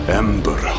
ember